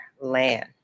land